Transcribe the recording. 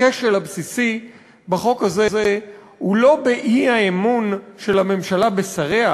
הכשל הבסיסי בחוק הזה הוא לא באי-אמון של הממשלה בשריה,